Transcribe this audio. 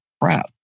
crap